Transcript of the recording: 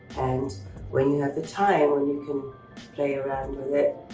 and when you have the time, when you can play around with it,